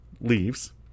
Leaves